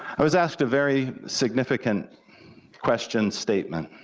i was asked a very significant question statement